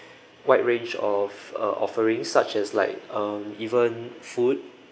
wide range of uh offering such as like um even food